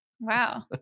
wow